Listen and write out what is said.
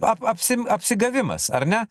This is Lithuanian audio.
ap apsi apsigavimas ar ne